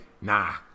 nah